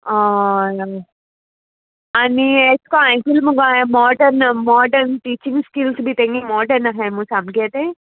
आ आ आनी एश को आयकूं मुगो हांयें मॉर्डन मॉर्डन टिचींग स्किल्स बी तेंगे मॉर्डन आहाय मुगो सामकें तें